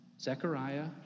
Zechariah